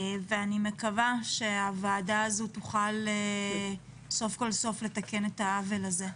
אני מקווה שהוועדה הזאת תוכל סוף כל סוף לתקן את העוול הזה.